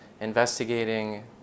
investigating